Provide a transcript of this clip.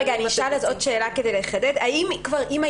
אני רק אשאל עוד שאלה כדי לחדד: אם היה